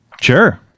sure